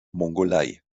mongolei